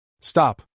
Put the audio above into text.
Stop